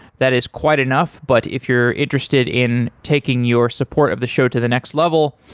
that is quite enough, but if you're interested in taking your support of the show to the next level,